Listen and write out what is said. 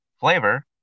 flavor